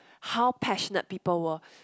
how passionate people were